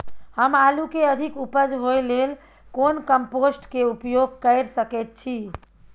हम आलू के अधिक उपज होय लेल कोन कम्पोस्ट के उपयोग कैर सकेत छी?